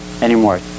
anymore